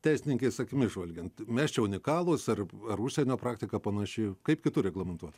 teisininkais akimis žvalgiant mes čia unikalūs ar ar užsienio praktika panaši kaip kitur reglamentuoti